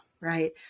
Right